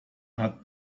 hat